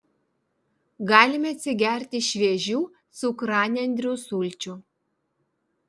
galime atsigerti šviežių cukranendrių sulčių